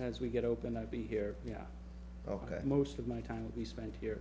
as we get open i'd be here ok most of my time we spent here